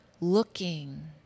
looking